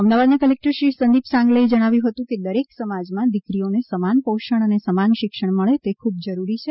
અમદાવાદના કલેકટર શ્રી સંદીપ સાંગલેએ જણાવ્યું હતું કે દરેક સમાજમા દિકરીઓને સમાન પોષણ અને સમાન શિક્ષણ મળે તે ખુબ જ જરૂરી છે